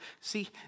See